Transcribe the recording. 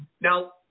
Now